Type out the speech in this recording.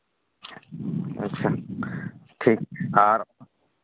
ᱟᱪᱪᱷᱟ ᱴᱷᱤᱠ ᱟᱨ